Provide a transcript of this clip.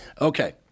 Okay